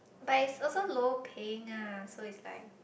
but it's also low paying lah so it's like